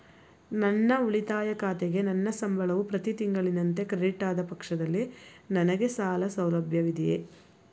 ನನ್ನ ಉಳಿತಾಯ ಖಾತೆಗೆ ನನ್ನ ಸಂಬಳವು ಪ್ರತಿ ತಿಂಗಳಿನಂತೆ ಕ್ರೆಡಿಟ್ ಆದ ಪಕ್ಷದಲ್ಲಿ ನನಗೆ ಸಾಲ ಸೌಲಭ್ಯವಿದೆಯೇ?